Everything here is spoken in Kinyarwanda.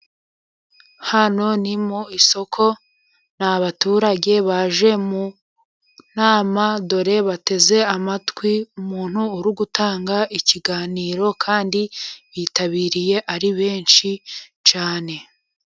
Hano ni mu isoko，ni baturage baje mu nama， dore bateze amatwi umuntu uri gutanga ikiganiro，kandi bitabiriye ari benshi cyane.